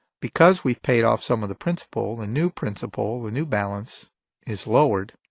because we've paid off some of the principal, the new principal, the new balance is lowered,